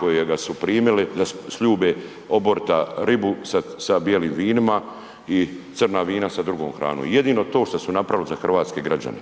kojega su primili da sljube oborita ribu sa bijelim vinima i crna vina sa drugom hranom, jedino to šta su napravili za hrvatske građane.